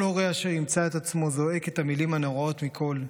כל הורה אשר ימצא את עצמו זועק את המילים הנוראות מכול: